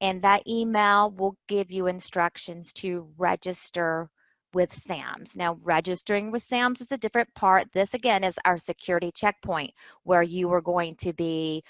and that email will give you instructions to register with sams. now, registering with sams is a different part. this, again, is our security checkpoint where you are going to be